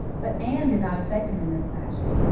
but anne did not affect him in this fashion.